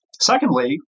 Secondly